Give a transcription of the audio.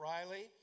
Riley